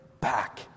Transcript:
back